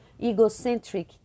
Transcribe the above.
egocentric